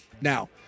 now